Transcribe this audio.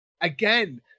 again